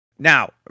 Now